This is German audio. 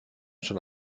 schon